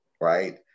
right